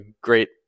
great